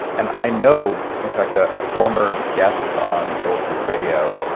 and i know, in fact, a ah former guest on bulletproof radio,